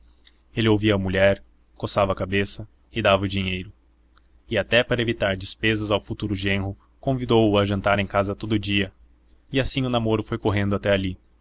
ele ouvia a mulher coçava a cabeça e dava o dinheiro e até para evitar despesas ao futuro genro convidou-o a jantar em casa todo o dia e assim o namoro foi correndo até ali